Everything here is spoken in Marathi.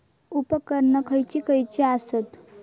उपकरणे खैयची खैयची आसत?